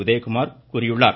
உதயகுமார் கூறியுள்ளார்